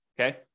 okay